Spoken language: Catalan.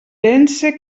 pense